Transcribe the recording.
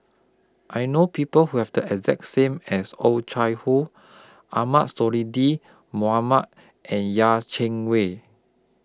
I know People Who Have The exact same as Oh Chai Hoo Ahmad Sonhadji Mohamad and Yeh Chi Wei